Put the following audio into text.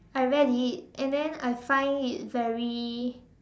I read it and then I find it very